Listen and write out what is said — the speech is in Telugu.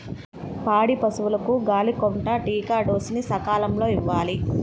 పాడి పశువులకు గాలికొంటా టీకా డోస్ ని సకాలంలో ఇవ్వాలి